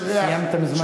סיימת מזמן.